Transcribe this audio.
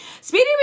speedy